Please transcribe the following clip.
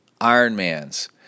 Ironmans